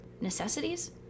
necessities